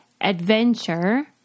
adventure